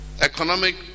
economic